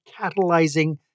catalyzing